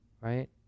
right